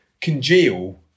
congeal